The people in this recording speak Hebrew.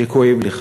כשכואב לך,